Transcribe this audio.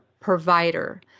provider